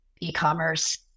e-commerce